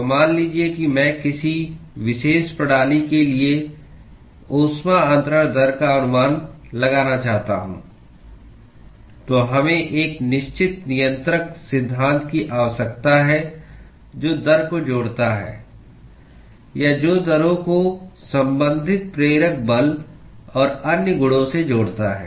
तो मान लीजिए कि मैं किसी विशेष प्रणाली के लिए ऊष्मा अंतरण दर का अनुमान लगाना चाहता हूं तो हमें एक निश्चित नियन्त्रक सिद्धांत की आवश्यकता है जो दर को जोड़ता है या जो दरों को संबंधित प्रेरक बल और अन्य गुणों से जोड़ता है